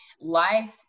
life